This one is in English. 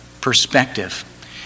perspective